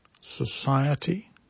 society